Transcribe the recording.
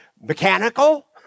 mechanical